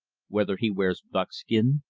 whether he wears buckskin,